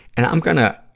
and i'm gonna,